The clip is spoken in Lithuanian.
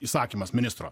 įsakymas ministro